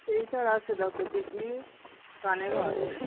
এইটার আছে দেখো টিকলি কানেরও আছে